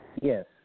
Yes